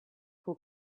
who